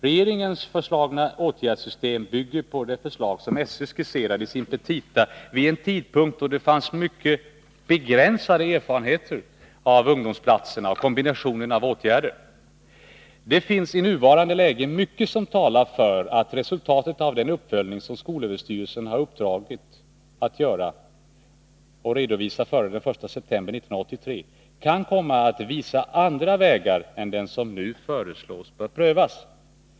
Regeringens föreslagna åtgärdssystem bygger på det förslag som SÖ skisserade i sin petita vid en tidpunkt då det fanns en mycket begränsad erfarenhet av ungdomsplatserna och kombinationen av åtgärder. Det finns i nuvarande läge mycket som talar för att resultatet av den uppföljning som skolöverstyrelsen har uppdraget att göra och redovisa före den 1 september 1983 kan komma att visa andra vägar än den som nu föreslås böra prövas.